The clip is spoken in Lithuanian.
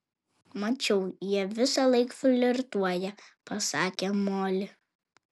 mačiau jie visąlaik flirtuoja pasakė moli